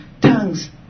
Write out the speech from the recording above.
tongues